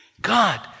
God